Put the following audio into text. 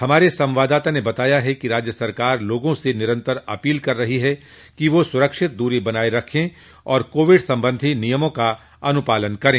हमारे संवाददाता ने बताया है कि राज्य सरकार लोगों से निरन्तर अपील कर रही है कि वे सुरक्षित दूरी बनाये रखें और कोविड संबंधी नियमों का अनुपालन करें